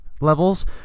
levels